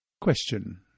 Question